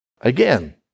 Again